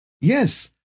Yes